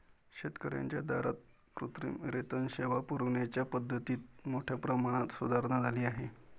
शेतकर्यांच्या दारात कृत्रिम रेतन सेवा पुरविण्याच्या पद्धतीत मोठ्या प्रमाणात सुधारणा झाली आहे